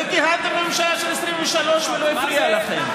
וכיהנתם בממשלה של 23, ולא הפריע לכם.